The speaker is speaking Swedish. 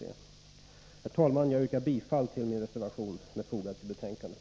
Herr talman! Jag yrkar bifall till min reservation, som är fogad till betänkandet.